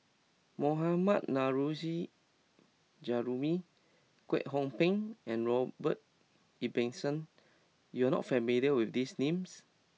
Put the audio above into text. Mohammad Nurrasyid Juraimi Kwek Hong Png and Robert Ibbetson you are not familiar with these names